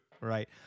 Right